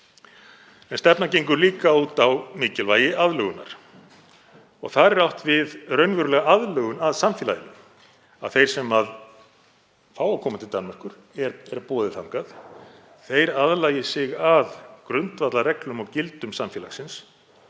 Stefnan gengur líka út á mikilvægi aðlögunar. Þar er átt við raunverulega aðlögun að samfélaginu, að þeir sem fá að koma til Danmerkur, er boðið þangað, aðlagi sig að grundvallarreglum og gildum samfélagsins.